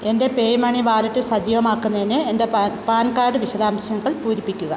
എൻ്റെ PayUmoney wallet സജീവമാക്കുന്നതിന് എൻ്റെ പാൻ പാൻ കാർഡ് വിശദാംശങ്ങൾ പൂരിപ്പിക്കുക